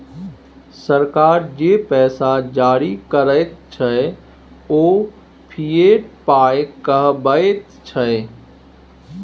सरकार जे पैसा जारी करैत छै ओ फिएट पाय कहाबैत छै